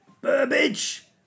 Burbage